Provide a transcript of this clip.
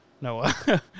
Noah